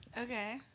Okay